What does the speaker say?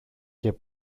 και